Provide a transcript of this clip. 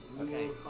Okay